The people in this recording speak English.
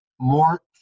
more